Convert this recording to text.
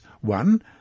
One